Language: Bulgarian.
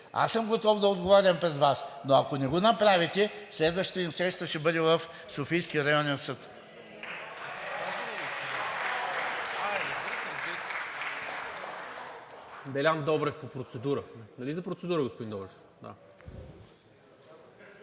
аз съм готов да отговарям пред Вас, но ако не го направите – следващата ни среща ще бъде в Софийския районен съд.